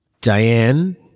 Diane